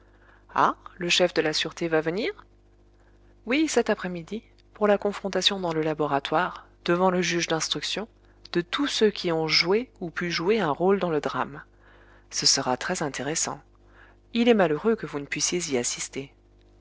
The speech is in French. le chef de la sûreté va venir oui cet après-midi pour la confrontation dans le laboratoire devant le juge d'instruction de tous ceux qui ont joué ou pu jouer un rôle dans le drame ce sera très intéressant il est malheureux que vous ne puissiez y assister